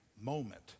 moment